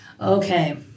Okay